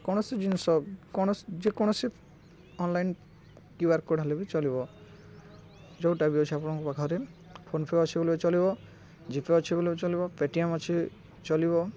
କୌଣସି ଜିନିଷ କ'ଣ ଯେକୌଣସି ଅନଲାଇନ୍ କ୍ୟୁଆର୍ କୋଡ଼୍ ହେଲେ ବି ଚଲିବ ଯେଉଁଟା ବି ଅଛି ଆପଣଙ୍କ ପାଖରେ ଫୋନ୍ପେ ଅଛି ବୋଲେ ଚଲିବ ଜି ପେ ଅଛି ବୋଲେ ଚଲିବ ପେଟିଏମ୍ ଅଛି ଚଲିବ